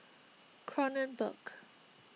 Kronenbourg